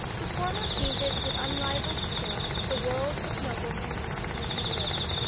the former painted with unrivalled skill the world of noblemen among whom he lived.